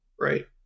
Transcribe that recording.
right